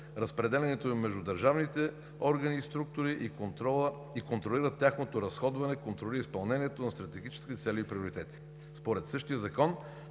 разпределянето им между държавните органи и структури и контролира тяхното разходване, контролира изпълнението на стратегическите цели и приоритети. Според същия закон